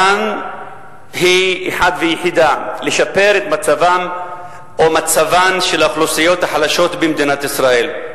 שמטרתם אחת ויחידה: לשפר את מצבן של האוכלוסיות החלשות במדינת ישראל,